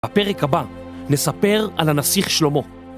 הפרק הבא, נספר על הנסיך שלמה.